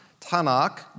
Tanakh